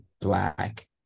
black